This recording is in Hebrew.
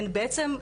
הן בעצם,